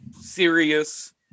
serious